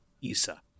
Isa